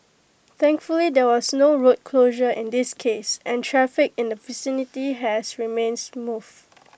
thankfully there was no road closure in this case and traffic in the vicinity has remained smooth